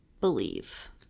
believe